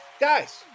Guys